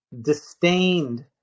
disdained